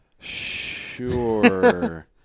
Sure